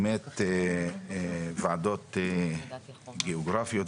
באמת ועדות גיאוגרפיות,